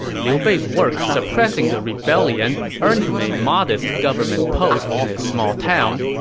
liu bei's work suppressing the rebellion earned him a modest government post in a small town,